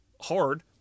hard